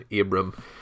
Abram